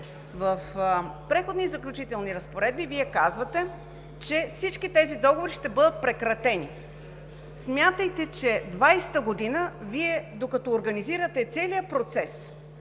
В Преходните и заключителните разпоредби Вие казвате, че всички тези договори ще бъдат прекратени. Смятайте, че през 2020 г., докато Вие организирате целия процес